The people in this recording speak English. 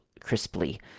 crisply